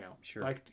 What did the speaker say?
Sure